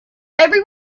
every